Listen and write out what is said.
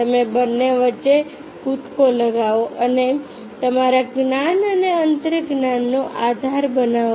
તમે બંને વચ્ચે કૂદકો લગાવો અને તમારા જ્ઞાન અને અંતર્જ્ઞાનનો આધાર બનાવો